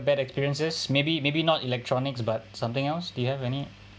bad experiences maybe maybe not electronics but something else do you have any